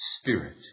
spirit